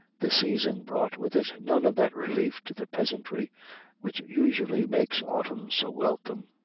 the season brought with it none of that relief to the peasantry which usually makes autumn so welcome.